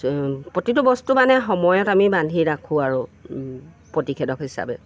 প্ৰতিটো বস্তু মানে সময়ত আমি বান্ধি ৰাখোঁ আৰু প্ৰতিষেধক হিচাপে